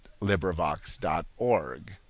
LibriVox.org